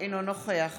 אינו נוכח